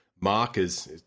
markers